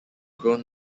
grown